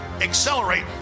accelerate